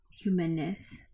humanness